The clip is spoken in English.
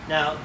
Now